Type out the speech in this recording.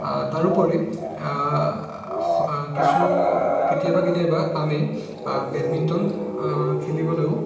তাৰোপৰি কিছু কেতিয়াবা কেতিয়াবা আমি বেডমিণ্টন খেলিবলৈও